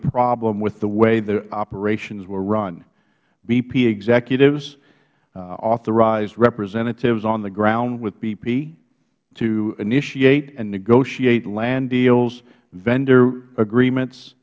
problem with the way the operations were run bp executives authorized representatives on the ground with bp to initiate and negotiate land deals vendor agreements